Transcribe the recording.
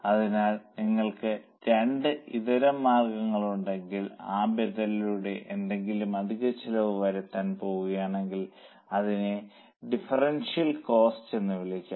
അതിനാൽ നിങ്ങൾക്ക് 2 ഇതരമാർഗങ്ങളുണ്ടെങ്കിൽ ആ ബദലിലൂടെ എന്തെങ്കിലും അധിക ചിലവ് വരുത്താൻ പോകുകയാണെങ്കിൽ അതിനെ ഡിഫറൻഷ്യൽ കോസ്റ്റ് എന്ന് വിളിക്കാം